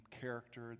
character